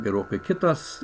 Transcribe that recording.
gerokai kitas